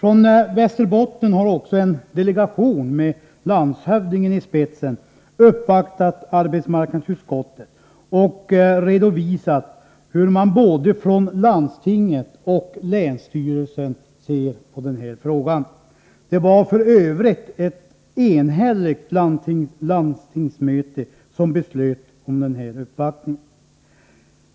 Från Västerbotten har också en delegation med landshövdingen i spetsen uppvaktat arbetsmarknadsutskottet och redovisat hur man både från landstinget och från länsstyrelsen ser på den här frågan. Det var f. ö. ett enhälligt landstingsmöte som beslöt om denna uppvaktning.